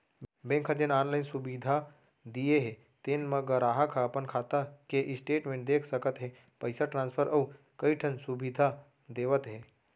bank ह जेन online सुबिधा दिये हे तेन म गराहक ह अपन खाता के स्टेटमेंट देख सकत हे, पइसा ट्रांसफर अउ कइ ठन सुबिधा देवत हे